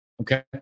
okay